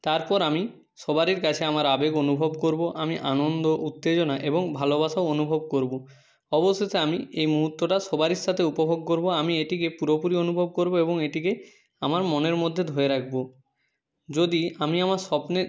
তারপর আমি সবার কাছে আমার আবেগ অনুভব করব আমি আনন্দ উত্তেজনা এবং ভালোবাসা অনুভব করব অবশেষে আমি এই মুহূর্তটা সবারই সাথে উপভোগ করব আমি এটিকে পুরোপুরি অনুভব করব এবং এটিকে আমার মনের মধ্যে ধরে রাখব যদি আমি আমার স্বপ্নে